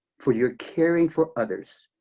for your caring for others,